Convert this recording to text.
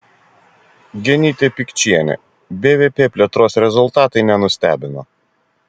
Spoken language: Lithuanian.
genytė pikčienė bvp plėtros rezultatai nenustebino